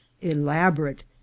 elaborate